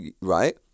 right